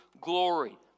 glory